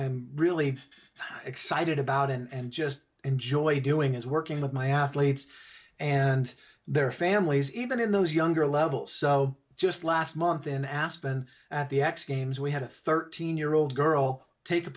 am really excited about and just enjoy doing is working with my athletes and their families even in those younger levels so just last month in aspen at the x games we had a thirteen year old girl take the